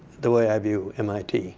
the way i view mit